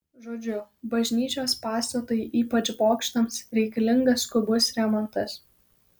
žodžiu bažnyčios pastatui ypač bokštams reikalingas skubus remontas